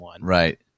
Right